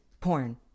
porn